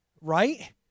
Right